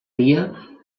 dia